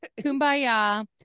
Kumbaya